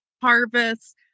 harvest